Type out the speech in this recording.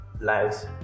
lives